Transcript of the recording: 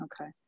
Okay